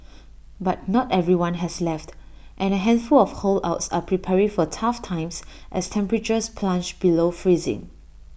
but not everyone has left and A handful of holdouts are preparing for tough times as temperatures plunge below freezing